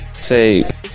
Say